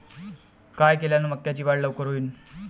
काय केल्यान मक्याची वाढ लवकर होईन?